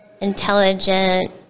intelligent